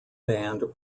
band